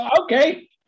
okay